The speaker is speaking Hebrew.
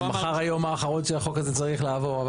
מחר היום האחרון שהחוק הזה צריך לעבור.